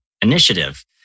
initiative